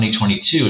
2022